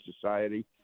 society